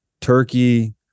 turkey